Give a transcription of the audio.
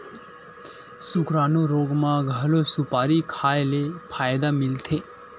सुकरानू रोग म घलो सुपारी खाए ले फायदा मिलथे